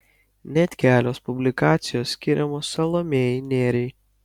net kelios publikacijos skiriamos salomėjai nėriai